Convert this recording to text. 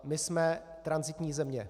My jsme tranzitní země.